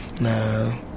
No